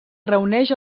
reuneix